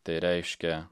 tai reiškia